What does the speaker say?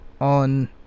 On